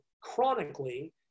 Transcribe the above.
chronically